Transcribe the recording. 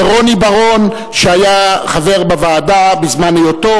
לרוני בר-און שהיה חבר בוועדה בזמן היותו